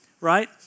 Right